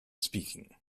speaking